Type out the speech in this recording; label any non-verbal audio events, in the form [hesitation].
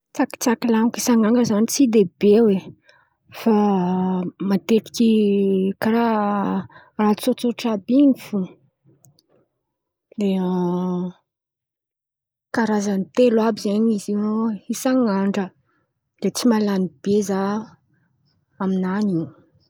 Tsakitsaky lambo isan'andro zen̈y tsy de mety fa matetiky raha tsotsotra àby in̈y fo [hesitation] Karazan̈y telo àby zen̈y izy io isan̈'andra de tsy mahalan̈y be zah amin̈any.